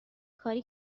کاری